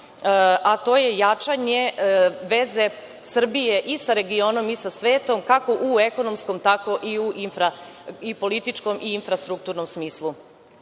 mandatu, jačanje veze Srbije i sa regionom i sa svetom, kako u ekonomskom tako i političkom i u infrastrukturnom smislu. Kada